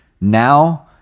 now